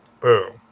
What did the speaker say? boom